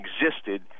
existed